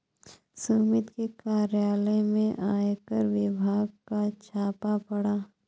सुमित के कार्यालय में आयकर विभाग का छापा पड़ा